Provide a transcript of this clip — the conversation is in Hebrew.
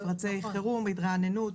מפרצי חירום להתרעננות,